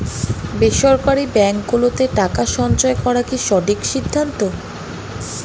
বেসরকারী ব্যাঙ্ক গুলোতে টাকা সঞ্চয় করা কি সঠিক সিদ্ধান্ত?